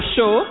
Show